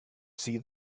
see